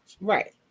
right